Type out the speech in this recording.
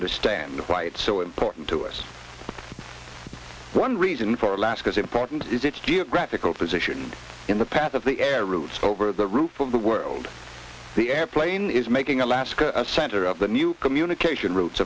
understand why it's so important to us one reason for alaska's importance is its geographical position in the path of the air routes over the roof of the world the airplane is making alaska a center of the new communication ro